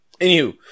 Anywho